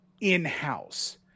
in-house